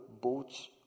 boats